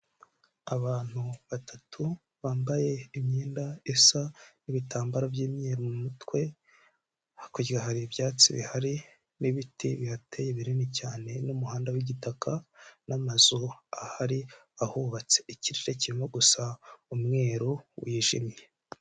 Abantu batatu bambaye imyenda isa n'ibitambaro by'imyeru mu mutwe, hakurya hari ibyatsi bihari n'ibiti bihateye binini cyane n'umuhanda w'igitaka n'amazu ahari ahubatse, ikirere kirimo gusa umweru wijimye.